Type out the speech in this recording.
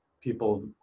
people